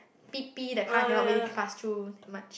P P the car cannot really pass through that much